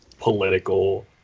political